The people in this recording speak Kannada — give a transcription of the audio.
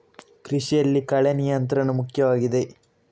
ಕೃಷಿಯಲ್ಲಿ ಕಳೆ ನಿಯಂತ್ರಣ ಮುಖ್ಯವಾಗಿದೆ